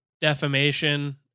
defamation